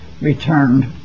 returned